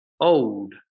Old